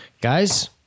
Guys